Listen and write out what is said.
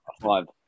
five